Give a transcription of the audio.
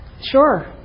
Sure